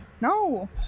No